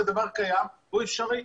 זה דבר קיים שאפשרי.